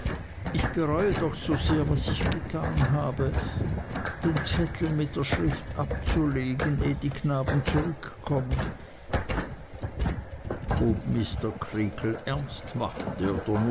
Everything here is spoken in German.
ich bereue doch so sehr was ich getan habe den zettel mit der schrift abzulegen ehe die knaben zurückkommen ob mr creakle ernst machte oder